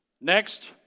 Next